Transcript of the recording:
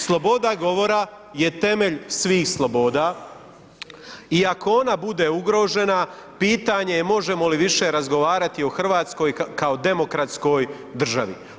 Sloboda govora je temelj svih sloboda i ako ona bude ugrožena pitanje je možemo li više razgovarati o Hrvatskoj kao demokratskoj državi.